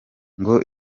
ngo